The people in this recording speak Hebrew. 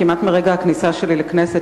כמעט מרגע הכניסה שלי לכנסת,